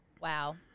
Wow